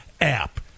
app